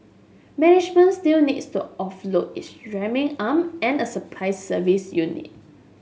management still needs to offload its drilling arm and a supply service unit